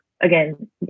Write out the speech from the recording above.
again